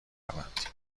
رود